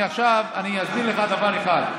אני אסביר לך דבר אחד.